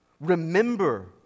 Remember